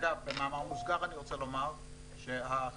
במאמר מוסגר אני רוצה לומר שההכנסות